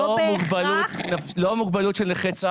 לא מוגבלות של נכי צה"ל.